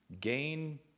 gain